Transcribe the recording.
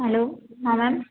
hello ہاں میم